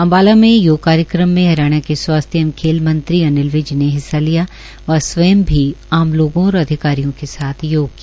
अम्बाला में योग कार्यक्रम में अम्बाला के स्वास्थ्य मंत्री एवं खेल मंत्री अनिल विज ने हिस्सा व स्वय भी आम लोगों और अधिकारियों के साथ योग किया